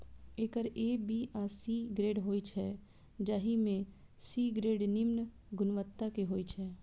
acre A, B आ C grade होइ छै, जाहि मे सी ग्रेड निम्न गुणवत्ता के होइ छै